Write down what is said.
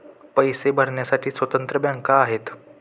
पैसे भरण्यासाठी स्वतंत्र बँका आहेत